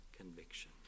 conviction